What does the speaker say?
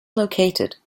located